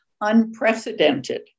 unprecedented